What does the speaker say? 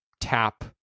tap